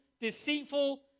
deceitful